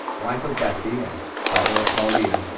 wife of bessie and father of pauline,